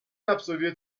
absolviert